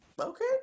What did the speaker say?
okay